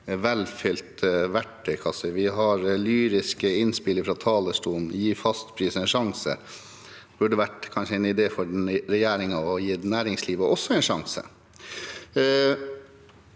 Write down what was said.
har hørt lyriske innspill fra talerstolen om å gi fastprisen en sjanse – det burde kanskje vært en idé for regjeringen også å gi næringslivet en sjanse.